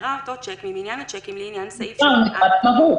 ייגרע אותו צ'ק ממניין הצ'קים לעניין סעיף 2(א) " נגרע במהות.